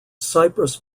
cyprus